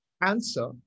answer